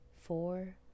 four